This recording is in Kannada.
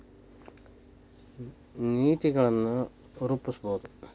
ನೇತಿಗಳನ್ ರೂಪಸ್ಬಹುದು